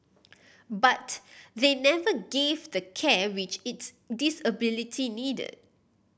but they never gave the care which its disability needed